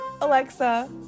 Alexa